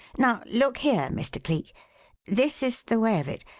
now, look here, mr. cleek this is the way of it.